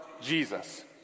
Jesus